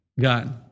God